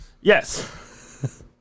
Yes